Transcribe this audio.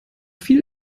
viel